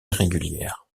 irrégulières